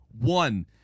One